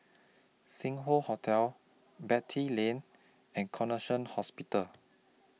Sing Hoe Hotel Beatty Lane and Connexion Hospital